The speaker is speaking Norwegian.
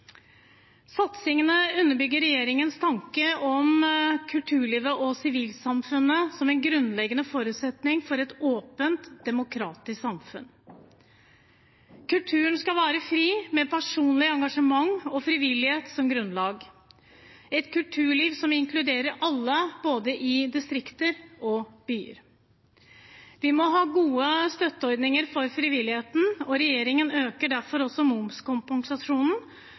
Satsingene underbygger regjeringens tanke om kulturlivet og sivilsamfunnet som en grunnleggende forutsetning for et åpent, demokratisk samfunn. Kulturen skal være fri, med personlig engasjement og frivillighet som grunnlag – et kulturliv som inkluderer alle, både i distrikter og i byer. Vi må ha gode støtteordninger for frivilligheten, og regjeringen øker derfor også momskompensasjonen.